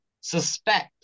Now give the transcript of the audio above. suspect